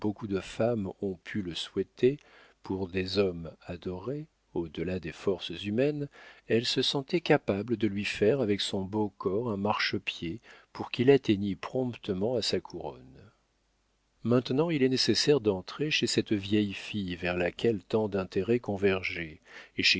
de femmes ont pu le souhaiter pour des hommes adorés au delà des forces humaines elle se sentait capable de lui faire avec son beau corps un marchepied pour qu'il atteignît promptement à sa couronne maintenant il est nécessaire d'entrer chez cette vieille fille vers laquelle tant d'intérêts convergeaient et